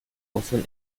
often